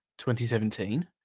2017